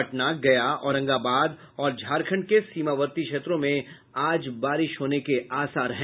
पटना गया औरंगाबाद और झारखंड के सीमावर्ती क्षेत्रों में आज बारिश होने के आसार हैं